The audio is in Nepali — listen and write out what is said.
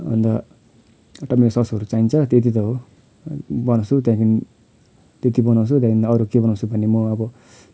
अन्त टमेटो ससहरू चाहिन्छ त्यति त हो बनाउँछु त्यहाँदेखि त्यति बनाउँछु त्यहाँदेखि अरू के बनाउँछु भने म अब